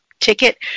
ticket